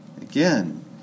Again